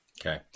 Okay